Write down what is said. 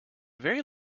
very